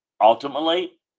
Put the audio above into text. Ultimately